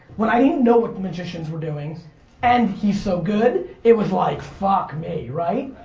when i didn't know what the magicians were doing and he's so good, it was like, fuck me, right?